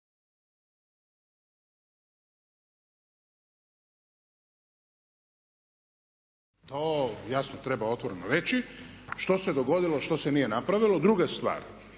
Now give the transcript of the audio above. To jasno treba otvoreno reći što se dogodilo a što se nije napravilo. Druga stvar,